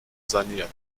saniert